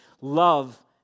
Love